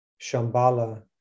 Shambhala